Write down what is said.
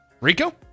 Rico